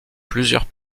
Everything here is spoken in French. plusieurs